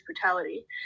brutality